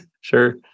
sure